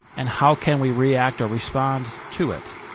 and how can we react or respond to it?